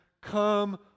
come